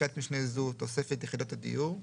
(בפסקת משנה זו, תוספת יחידות הדיור);